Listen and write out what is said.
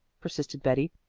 persisted betty.